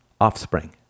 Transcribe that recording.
offspring